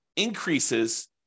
increases